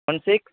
one six